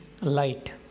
light